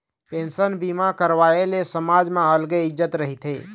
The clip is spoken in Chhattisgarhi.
पेंसन बीमा करवाए ले समाज म अलगे इज्जत रहिथे